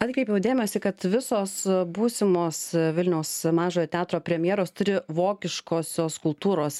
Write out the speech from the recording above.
atkreipiau dėmesį kad visos būsimos vilniaus mažojo teatro premjeros turi vokiškosios kultūros